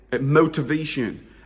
motivation